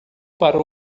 para